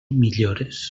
millores